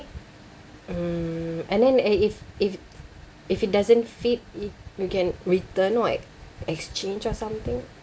mm and then eh if if if it doesn't fit it we return right exchange or something